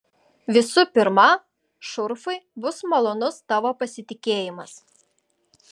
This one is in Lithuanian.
visų pirma šurfui bus malonus tavo pasitikėjimas